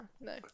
no